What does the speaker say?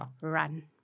run